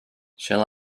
shall